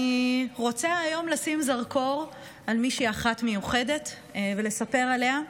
אני רוצה היום לשים זרקור על מישהי אחת מיוחדת ולספר עליה,